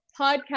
podcast